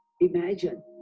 Imagine